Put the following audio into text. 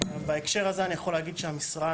בהקשר הזה אני יכול להגיד שהמשרד,